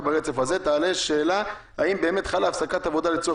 ברצף תעלה שאלה האם באמת חלה הפסקת עבודה לצורך